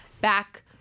back